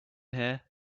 here